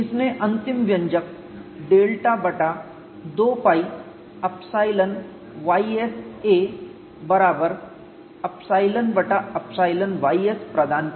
इसने अंतिम व्यंजक डेल्टा बटा 2 π ϵ ys a बराबर ϵ बटा ϵ ys प्रदान किया